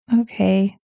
Okay